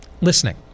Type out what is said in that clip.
Listening